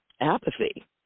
apathy